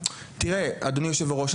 תראה אדוני יושב הראש,